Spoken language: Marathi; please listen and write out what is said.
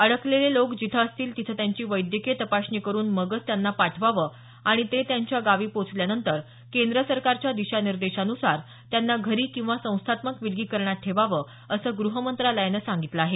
अडकलेले लोकं जिथं असतील तिथं त्यांची वैद्यकीय तपासणी करून मगच त्यांना पाठवावं आणि ते त्यांच्या गावी पोचल्यानंतर केंद्र सरकारच्या दिशा निर्देशांनुसार त्यांना घरी किंवा संस्थात्मक विलगीकरणात ठेवावं असं गुह मत्रालयान सांगितलं आहे